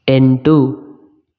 ಎಂಟು